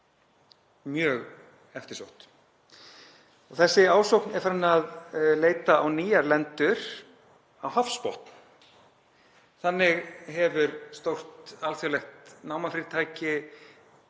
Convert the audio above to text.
mjög eftirsótt. Þessi ásókn er farin að leita á nýjar lendur, á hafsbotn. Þannig hefur stórt alþjóðlegt námafyrirtæki